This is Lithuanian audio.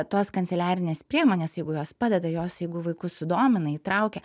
tos kanceliarinės priemonės jeigu jos padeda jos jeigu vaikus sudomina įtraukia